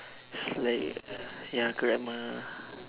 is like ya grammar